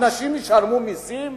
אנשים ישלמו מסים,